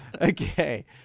Okay